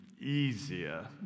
easier